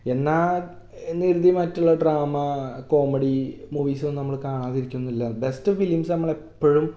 എന്നാൽ എന്നു കരുതി മറ്റുള്ള ഡ്രാമ കോമഡി മൂവീസൊന്നും നമ്മൾ കാണാതിരിക്കൊന്നുമല്ല ബെസ്റ്റ് ഫിലിംസ് നമ്മളെപ്പോഴും